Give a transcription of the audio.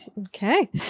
Okay